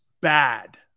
bad